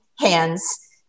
hands